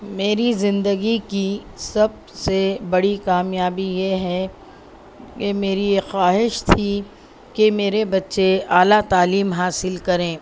میری زندگی کی سب سے بڑی کامیابی یہ ہے کہ میری یہ خواہش تھی کہ میرے بچے اعلیٰ تعلیم حاصل کریں